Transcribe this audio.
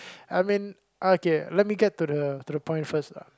I mean okay let me get to the to the point first lah